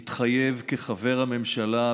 מתחייב כחבר הממשלה,